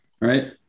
right